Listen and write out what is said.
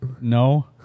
No